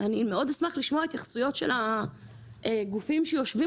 אני מאוד אשמח לשמוע התייחסויות של הגופים שיושבים